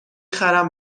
خرم